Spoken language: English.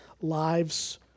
lives